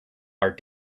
are